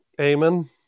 amen